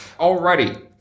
Alrighty